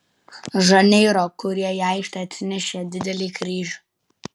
žaneiro kurie į aikštę atsinešė didelį kryžių